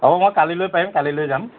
হ'ব মই কালিলৈ পাৰিম কালিলৈ যাম